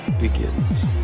begins